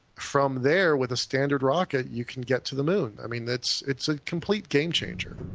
from there with a standard rocket, you can get to the moon. i mean it's it's a complete game changer.